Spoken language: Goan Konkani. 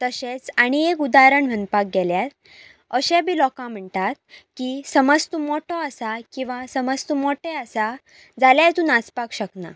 तशेंच आणी एक उदाहरण म्हणपाक गेल्यार अशें बी लोक म्हणटात की समज तूं मोटो आसा किंवां समज तूं मोटें आसा जाल्यार तूं नाचपाक शकना